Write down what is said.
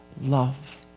love